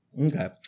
Okay